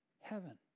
Heaven